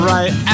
Right